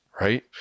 right